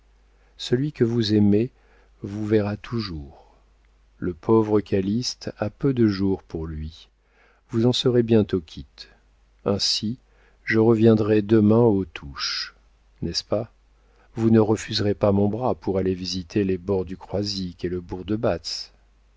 celui que vous aimez vous verra toujours le pauvre calyste a peu de jours pour lui vous en serez bientôt quitte ainsi je reviendrai demain aux touches n'est-ce pas vous ne refuserez pas mon bras pour aller visiter les bords du croisic et le bourg de